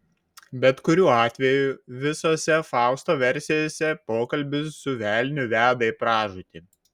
bet kuriuo atveju visose fausto versijose pokalbis su velniu veda į pražūtį